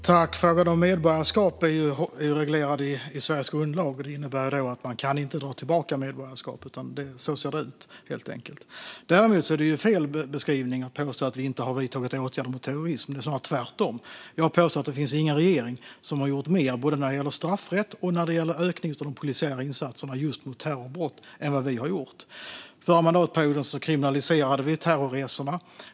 Fru talman! Frågan om medborgarskap är reglerad i Sveriges grundlag. Det innebär att man inte kan dra tillbaka medborgarskap. Så ser det ut, helt enkelt. Däremot är det fel beskrivning att påstå att vi inte har vidtagit åtgärder mot terrorism. Det är snarare tvärtom. Jag påstår att det inte finns någon regering som har gjort mer, varken när det gäller straffrätt eller när det gäller ökning av de polisiära insatserna mot just terrorbrott, än vad vi har gjort. Förra mandatperioden kriminaliserade vi terrorresorna.